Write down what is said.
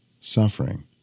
suffering